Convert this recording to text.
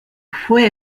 fue